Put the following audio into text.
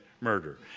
murder